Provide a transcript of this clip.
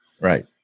Right